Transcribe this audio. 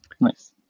Nice